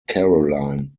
caroline